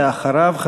ואחריו,